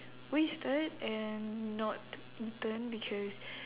wasted and not eaten because